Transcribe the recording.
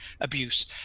abuse